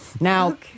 Now